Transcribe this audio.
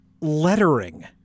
lettering